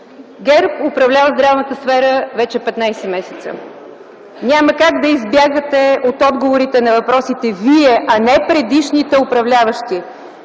ГЕРБ управлява здравната сфера вече 15 месеца. Няма как да избягате от отговорите на въпросите вие, а не предишните управляващи: